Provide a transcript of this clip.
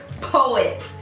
poet